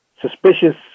suspicious